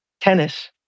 tennis